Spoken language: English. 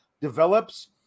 develops